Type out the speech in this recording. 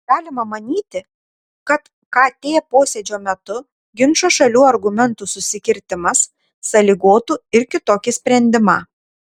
galima manyti kad kt posėdžio metu ginčo šalių argumentų susikirtimas sąlygotų ir kitokį sprendimą